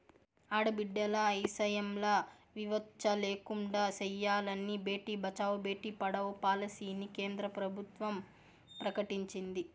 ఆడబిడ్డల ఇసయంల వివచ్చ లేకుండా సెయ్యాలని బేటి బచావో, బేటీ పడావో పాలసీని కేంద్ర ప్రభుత్వం ప్రకటించింది